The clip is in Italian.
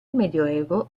medioevo